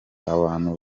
abantu